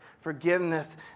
Forgiveness